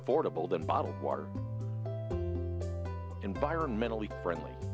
affordable than bottled water environmentally friendly